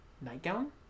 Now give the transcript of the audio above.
nightgown